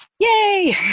Yay